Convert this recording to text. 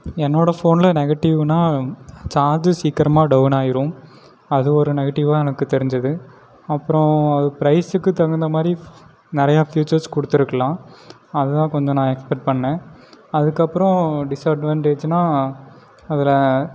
என்னோட ஃபோனில் நெகட்டிவ்னா சார்ஜ் சீக்கரமாக டவுன் ஆயிரும் அது ஒரு நெகட்டிவ்வாக எனக்கு தெரிஞ்சது அப்புறோம் அது ப்ரைஸ்க்கு தகுந்தா மாதிரி நிறையா ஃபீச்சர்ஸ் கொடுத்துருக்கலாம் அது தான் கொஞ்சம் நான் எக்ஸ்பெக்ட் பண்ணேன் அதற்கப்பறோம் டிஸ்அட்வான்ட்டேஜ்னா அதில்